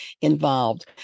involved